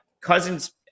Cousins